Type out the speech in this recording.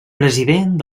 president